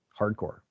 hardcore